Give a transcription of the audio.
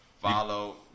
Follow